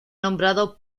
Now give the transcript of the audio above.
nombrado